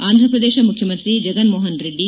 ಆಂಧ್ರಪ್ರದೇಶ ಮುಖ್ಯಮಂತ್ರಿ ಜಗನ್ ಮೋಹನ್ ರೆಡ್ಡಿ